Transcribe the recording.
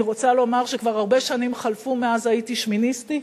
אני רוצה לומר שכבר הרבה שנים חלפו מאז הייתי שמיניסטית.